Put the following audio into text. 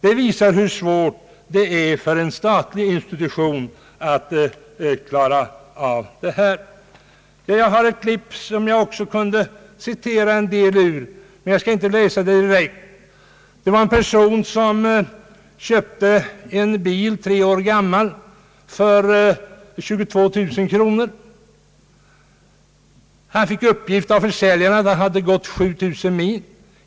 Det visar hur svårt det är för en statlig institution att klara av denna uppgift. Jag har ytterligare ett klipp, som jag också kunde citera en del ur. Men jag skall inte läsa det direkt. Det avser en person som köpte en tre år gammal bil för 22 009 kronor. Han fick av försäljaren uppgiften att den hade gått 7 000 mil.